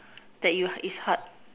that you is hard